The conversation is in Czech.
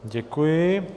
Děkuji.